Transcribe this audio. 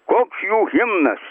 koks jų himnas